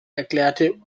erklärte